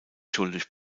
schuldig